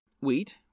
Wheat